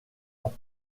ans